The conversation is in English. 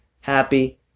happy